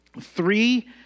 three